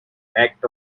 act